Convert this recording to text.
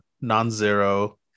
non-zero